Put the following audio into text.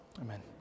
Amen